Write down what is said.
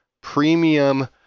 premium